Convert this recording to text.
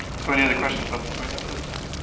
so any other questions about the appointment system?